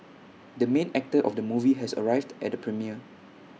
the main actor of the movie has arrived at the premiere